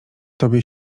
tobie